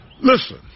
Listen